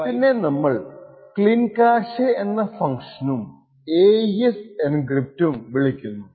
പിന്നെ നമ്മൾ ക്ലീൻക്യാഷെ എന്ന ഫങ്ക്ഷനും AES എൻക്രിപ്റ്റും AES encrypt വിളിക്കുന്നു